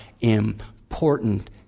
important